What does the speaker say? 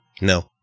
No